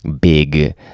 big